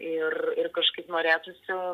ir ir kažkaip norėtųsi